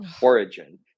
origin